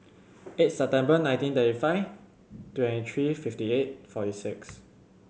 eight September nineteen thirty five twenty three fifty eight forty six